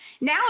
now